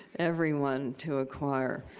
everyone to acquire.